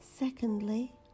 Secondly